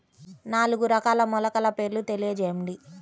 నాలుగు రకాల మొలకల పేర్లు తెలియజేయండి?